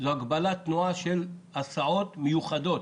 זו הגבלת תנועה של הסעות מיוחדות.